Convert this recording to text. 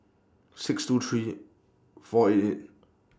six two three four eight eight